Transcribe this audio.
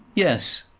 yes,